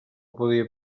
podia